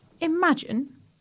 imagine